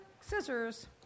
scissors